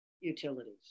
utilities